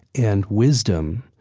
and wisdom